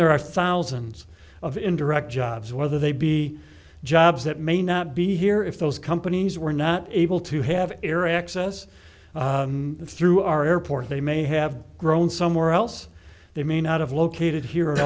there are thousands of indirect jobs whether they be jobs that may not be here if those companies were not able to have air access through our airport they may have grown somewhere else they may not have located her